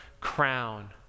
crown